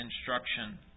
instruction